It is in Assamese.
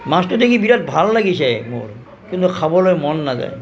মাছটো দেখি বিৰাট ভাল লাগিছে মোৰ কিন্তু খাবলৈ মন নাযায়